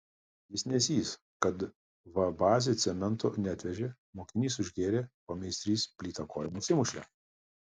jis nezys kad va bazė cemento neatvežė mokinys užgėrė pameistrys plyta koją nusimušė